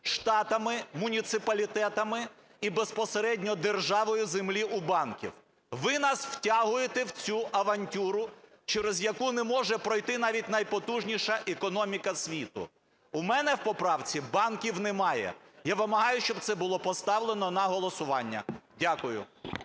штатами, муніципалітетами і безпосередньо державою землі у банків. Ви нас втягуєте в цю авантюру, через яку не може пройти навіть найпотужніша економіка світу. У мене в поправці банків немає. Я вимагаю, щоб це було поставлено на голосування. Дякую.